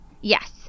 Yes